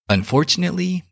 Unfortunately